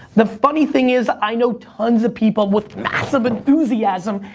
the funny thing is, i know tons of people with massive enthusiasm,